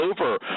over